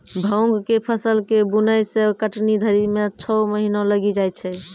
भाँग के फसल के बुनै से कटनी धरी मे छौ महीना लगी जाय छै